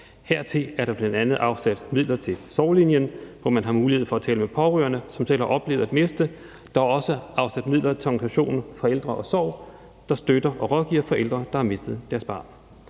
Her er der bl.a. afsat midler til Sorglinjen, hvor man har mulighed for at tale med pårørende, som selv har oplevet at miste. Der er også afsat midler til organisationen Forældre & Sorg, der støtter og rådgiver forældre, der har mistet deres barn.